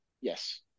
Yes